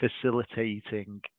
facilitating